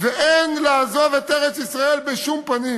ואין לעזוב את ארץ-ישראל בשום פנים,